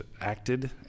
acted